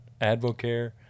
AdvoCare